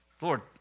Lord